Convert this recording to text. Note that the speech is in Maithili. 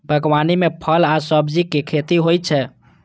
बागवानी मे फल आ सब्जीक खेती होइ छै